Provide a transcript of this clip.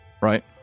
Right